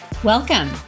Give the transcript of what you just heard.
Welcome